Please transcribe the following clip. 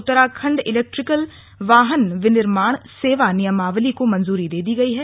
Uttarakhand electric वाहन विनिर्माण सेवा नियमावली को मंजूरी दे दी गई है